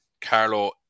Carlo